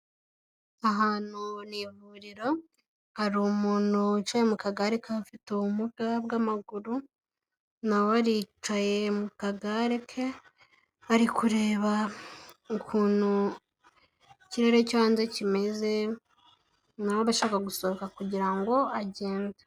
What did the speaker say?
Ahantu n'ivuriro hari umuntu wicaye mu kagare k'abafite ubumuga bw'amaguru na we aricaye mu kagare ke ari kureba ukuntu ikirere cyo hanze kimeze na we aba ashaka gusohoka kugira ngo agende.